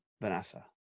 Vanessa